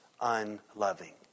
unloving